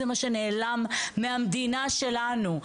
זה מה שנעלם מהמדינה שלנו,